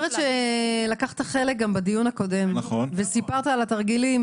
זוכרת שלקחת חלק גם בדיון הקודם וסיפרת על התרגילים,